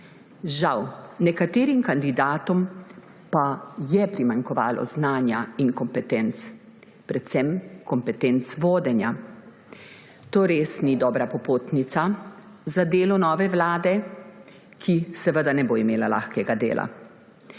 Žal, nekaterim kandidatom pa je primanjkovalo znanja in kompetenc, predvsem kompetenc vodenja. To res ni dobra popotnica za delo nove vlade, ki seveda ne bo imela lahkega dela.